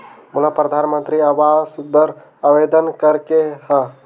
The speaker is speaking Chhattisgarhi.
मोला परधानमंतरी आवास बर आवेदन करे के हा?